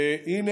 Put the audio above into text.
והינה,